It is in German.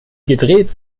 gedreht